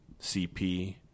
CP